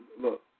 look